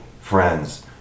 friends